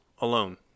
alone